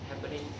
happening